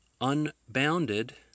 unbounded